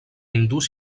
hindús